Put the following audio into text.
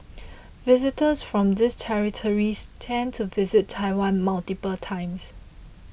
visitors from these territories tend to visit Taiwan multiple times